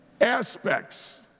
aspects